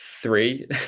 three